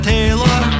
Taylor